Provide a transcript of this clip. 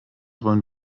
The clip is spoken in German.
wollen